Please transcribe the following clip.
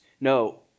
No